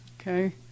Okay